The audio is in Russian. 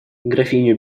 графиню